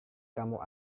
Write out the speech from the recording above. kamu